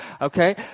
Okay